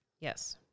yes